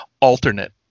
alternate